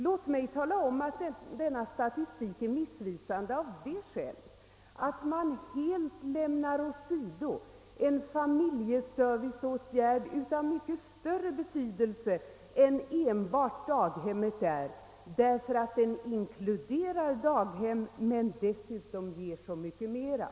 Låt mig tala om att denna statistik är missvisande aåv det skälet, att man helt lämnar åsido en familjeserviceåtgärd av mycket större betydelse än vad enbart daghemmet är, därför att den inkluderar däghem och dessutom ger så mycket mera.